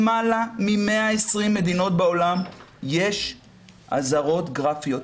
למעלה מ-120 מדינות בעולם יש אזהרות גרפיות,